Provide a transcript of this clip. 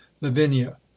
lavinia